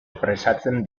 presatzen